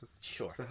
Sure